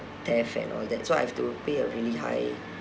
theft and all that so I have to pay a really high